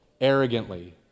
arrogantly